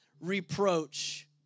reproach